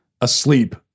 asleep